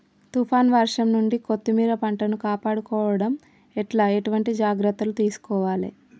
తుఫాన్ వర్షం నుండి కొత్తిమీర పంటను కాపాడుకోవడం ఎట్ల ఎటువంటి జాగ్రత్తలు తీసుకోవాలే?